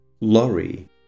lorry